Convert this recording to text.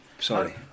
Sorry